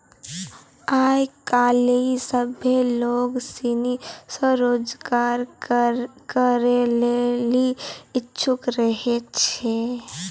आय काइल सभ्भे लोग सनी स्वरोजगार करै लेली इच्छुक रहै छै